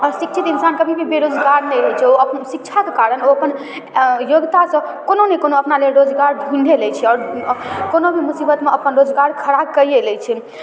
आओर शिक्षित इन्सान कभी भी बेरोजगार नहि होइ छै ओ अपन शिक्षाके कारण ओ अपन योग्यतासँ कोनो ने कोनो अपना लेल रोजगार ढूँढिए लै छै आओर कोनो भी मुसीबतमे अपन रोजगार खड़ा कैए लै छै